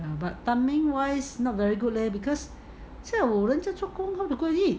but timing wise not very good leh because 现在我人在做工 how to go and eat